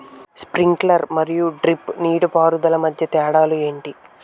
Sprinkler మరియు drip నీటిపారుదల మధ్య తేడాలు ఏంటి?